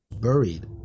buried